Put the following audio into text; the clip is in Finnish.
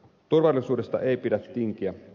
turvallisuudesta ei pidä tinkiä